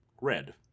red